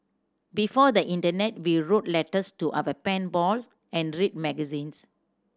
before the internet we wrote letters to our pen balls and read magazines